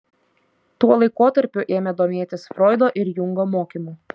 tuo laikotarpiu ėmė domėtis froido ir jungo mokymu